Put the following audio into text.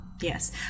yes